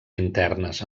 internes